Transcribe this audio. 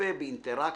היפה באינטראקציה,